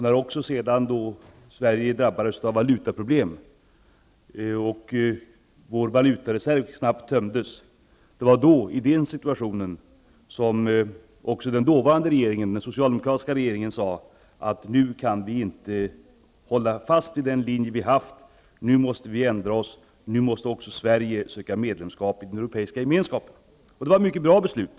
När sedan Sverige drabbades av valutaproblem och valutareserven snabbt tömdes, sade den dåvarande socialdemokratiska regeringen att nu kunde inte Sverige hålla fast vid den linje som varit. Nu måste det ske en ändring, och Sverige måste söka medlemskap i den europeiska gemenskapen. Det var ett bra beslut.